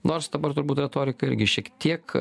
nors dabar turbūt retorika irgi šiek tiek